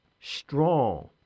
strong